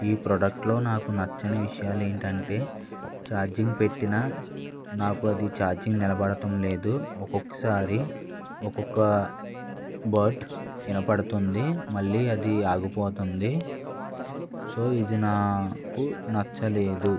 ఈ ప్రోడక్ట్లో నాకు నచ్చని విషయాలు ఏంటంటే చార్జింగ్ పెట్టినా నాకు అది చార్జింగ్ నిలబడటం లేదు ఒక్కొక్కసారి ఒక్కొక్క వర్డ్ వినబడుతుంది మళ్ళీ అది ఆగిపోతుంది సో ఇది నాకు నచ్చలేదు